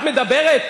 את מדברת?